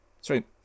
Sorry